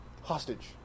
hostage